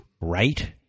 right